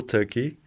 Turkey